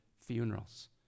funerals